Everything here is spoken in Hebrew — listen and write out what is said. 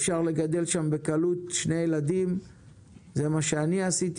אפשר לגדל בקלות שני ילדים זה מה שאני עשיתי